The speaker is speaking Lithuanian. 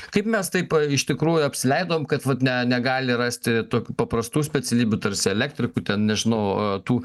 kaip mes taip iš tikrųjų apsileidom kad vat ne negali rasti tokių paprastų specialybių tarsi elektrikų ten nežinau a tų